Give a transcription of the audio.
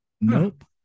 Nope